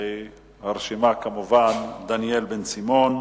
ועוד ברשימה חברי הכנסת דניאל בן-סימון,